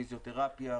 פיזיותרפיה,